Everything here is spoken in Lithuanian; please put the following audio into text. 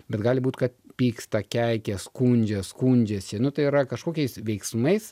bet gali būt kad pyksta keikia skundžias skundžiasi nu tai yra kažkokiais veiksmais